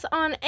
on